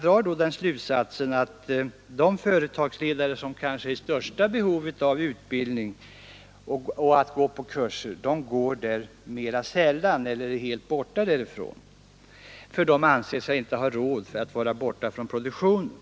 Utredaren drar slutsatsen att de företagsledare som kanske har det största behovet av utbildning och av att gå på kurser deltar mera sällan eller inte alls på grund av att de inte anser sig ha råd att vara borta från produktionen.